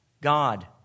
God